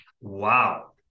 Wow